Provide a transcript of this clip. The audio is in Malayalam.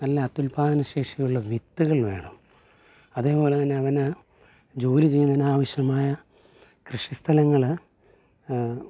നല്ല അത്യുൽല്പാദന ശേഷിയുള്ള വിത്തുകൾ വേണം അതേപോലെ തന്നെ അവന് ജോലി ചെയ്യുന്നതിതിന് ആവശ്യമായ കൃഷി സ്ഥലങ്ങൾ